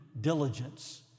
diligence